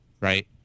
right